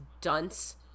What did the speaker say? dunce